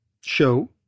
show